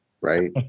right